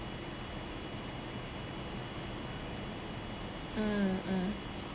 mm mm